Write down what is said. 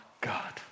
God